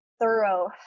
thorough